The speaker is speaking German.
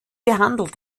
behandelt